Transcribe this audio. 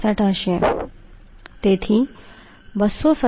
62 હશે તેથી 427